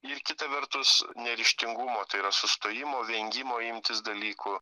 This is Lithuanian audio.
ir kita vertus neryžtingumo tai yra sustojimo vengimo imtis dalykų